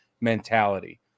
mentality